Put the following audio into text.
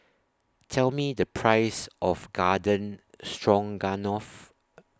Tell Me The Price of Garden Stroganoff